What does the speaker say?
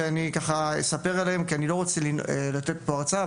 אני לא רוצה לתת פה הרצאה,